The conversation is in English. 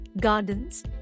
gardens